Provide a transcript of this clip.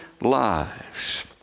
lives